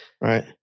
Right